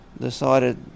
decided